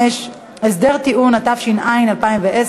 65) (הסדר טיעון), התש"ע 2010,